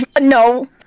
No